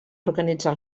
organitzar